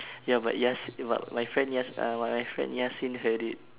ya but yas but my friend yas uh but my friend yasin heard it